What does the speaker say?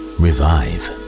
revive